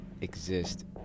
exist